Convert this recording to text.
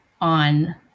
on